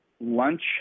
lunch